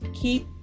keep